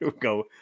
go